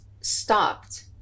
stopped